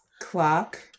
clock